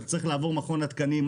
אתה צריך לעבור את מכון התקנים.